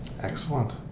Excellent